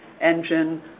engine